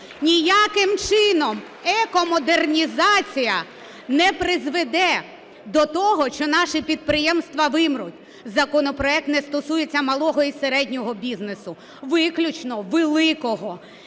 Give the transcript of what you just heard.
Ніяким чином екомодернізація не призведе до того, що наші підприємства вимруть. Законопроект не стосується малого і середнього бізнесу, виключно великого.